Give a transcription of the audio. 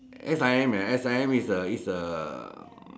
S_I_M S_I_M is a is A